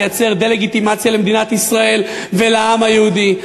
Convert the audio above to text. לייצר דה-לגיטימציה למדינת ישראל ולעם היהודי.